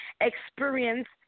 experience